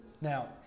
Now